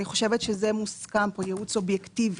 אני חושבת שזה מסכם כאן, ייעוץ אובייקטיבי.